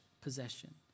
possession